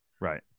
Right